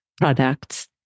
products